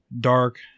dark